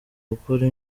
gukora